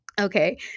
okay